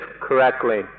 correctly